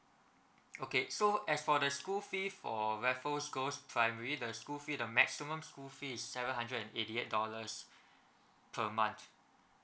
okay so as for the school fee for raffles girls' primary the school fee the maximum school fee is seven hundred and eighty eight dollars per month